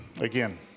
again